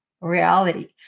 reality